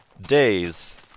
Days